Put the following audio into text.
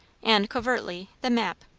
and, covertly, the map.